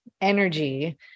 energy